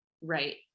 right